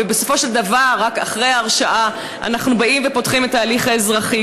ובסופו של דבר רק אחרי ההרשעה אנחנו באים ופותחים את ההליך האזרחי,